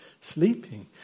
sleeping